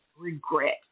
regret